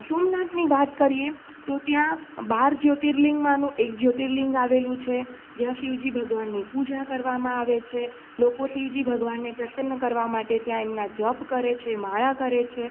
સોમનાથની વાત કરીએ તો ત્યાં બાર જ્યોતિર્લિંગમાંનું એક જ્યોતિર્લિંગ આવેલું છે જ્યાં શિવજી ભગવાનની પૂજા કરવામાં આવે છે લોકો શિવજી ભગવાનને પ્રસન્ન કરવા માટે ત્યાં એમના જપ કરે છે માળા કરે છે